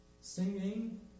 Singing